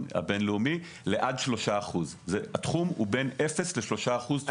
לעד 3%. התחום הוא בין 0% ל-3% תוספת.